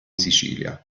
sicilia